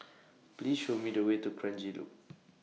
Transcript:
Please Show Me The Way to Kranji Loop